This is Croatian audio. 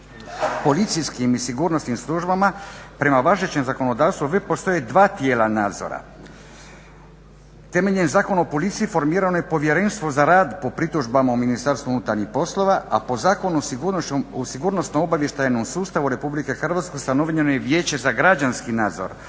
policijskim i sigurnosnim službama prema važećem zakonodavstvu uvijek postoje dva tijela nadzora. Temeljem Zakona o policiji formirano je Povjerenstvo za rad po pritužbama u Ministarstvu unutarnjih poslova a po Zakonu o sigurnosno-obavještajnom sustavu Republike Hrvatske ustanovljeno je Vijeće za građanski nadzor